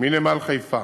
מנמל חיפה